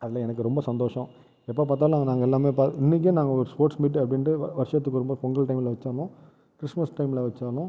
அதில் எனக்கு ரொம்ப சந்தோசம் எப்போ பார்த்தாலும் நாங்கள் எல்லாமே இன்னைக்கும் நாங்கள் ஒரு ஸ்போர்ட்ஸ் மீட் அப்படின்ட் வருஷத்துக்கு ஒரு முறை பொங்கல் டைம்மில் வச்சாலும் கிறிஸ்துமஸ் டைம்மில் வச்சாலும்